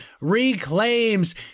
reclaims